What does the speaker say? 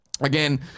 Again